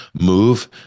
move